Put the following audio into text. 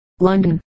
London